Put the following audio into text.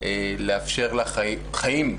לאפשר לה חיים,